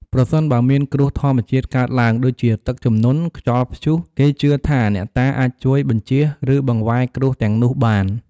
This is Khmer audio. ប្រសិនបើមានគ្រោះធម្មជាតិកើតឡើង ដូចជាទឹកជំនន់ ខ្យល់ព្យុះ គេជឿថាអ្នកតាអាចជួយ បញ្ចៀស ឬបង្វែរគ្រោះទាំងនោះបាន។